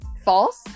false